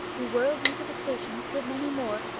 we whirled into the station with many more,